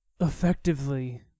effectively